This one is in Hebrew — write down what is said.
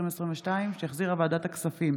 התשפ"ב 2022, שהחזירה ועדת הכספים,